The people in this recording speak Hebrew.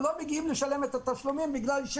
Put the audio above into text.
להבין שנמצאים בארץ עולים ועולות חדשים וחדשות וותיקים